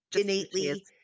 innately